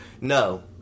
no